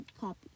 copy